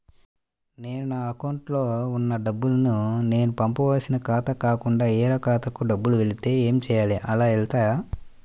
నేను నా అకౌంట్లో వున్న డబ్బులు నేను పంపవలసిన ఖాతాకి కాకుండా వేరే ఖాతాకు డబ్బులు వెళ్తే ఏంచేయాలి? అలా వెళ్తాయా?